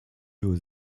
aux